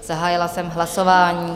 Zahájila jsem hlasování.